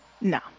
No